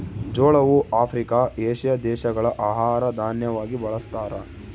ಜೋಳವು Africa, Asia ದೇಶಗಳ ಆಹಾರ ದಾನ್ಯವಾಗಿ ಬಳಸ್ತಾರ